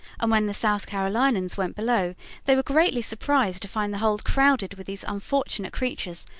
and when the south carolinians went below they were greatly surprised to find the hold crowded with these unfortunate creatures,